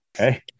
Okay